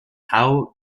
how